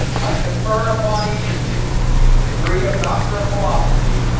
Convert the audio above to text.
i confer upon each of you the degree of doctor of philosophy,